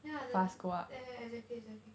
yeah the~ there exactly exactly